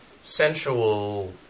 sensual